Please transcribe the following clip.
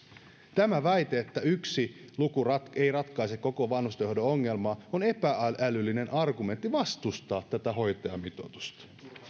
tämä väite että yksi luku ei ratkaise koko vanhustenhoidon ongelmaa on epä älyllinen argumentti vastustaa tätä hoitajamitoitusta